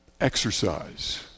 exercise